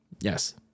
yes